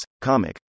comic